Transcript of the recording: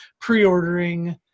pre-ordering